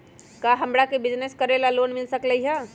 का हमरा के बिजनेस करेला लोन मिल सकलई ह?